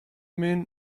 men